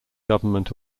government